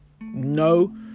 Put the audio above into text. no